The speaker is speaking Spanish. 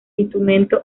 instrumento